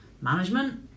management